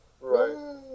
Right